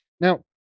Now